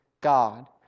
God